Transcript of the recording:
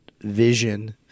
vision